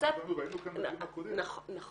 וקצת --- ישבנו כאן בדיון הקודם --- נכון.